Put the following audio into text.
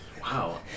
Wow